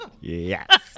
Yes